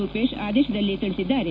ರೂಪೇಶ್ ಆದೇಶದಲ್ಲಿ ತಿಳಿಸಿದ್ದಾರೆ